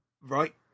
Right